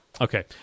Okay